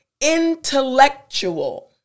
intellectual